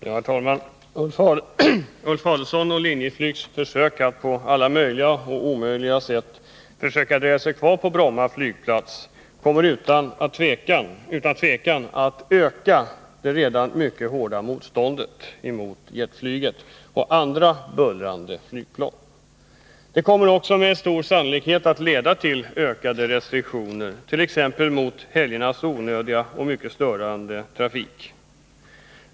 Herr talman! Ulf Adelsohns och Linjeflygs försök att på alla möjliga och omöjliga sätt argumentera för att flyget skall få dröja sig kvar på Bromma kommer utan tvivel att öka det redan nu mycket hårda motståndet mot trafiken med jetflygplan och andra bullrande flygplan på Bromma. Det kommer också med stor sannolikhet att leda till ökade restriktioner, t.ex. Nr 53 mot helgernas onödiga och mycket störande trafik.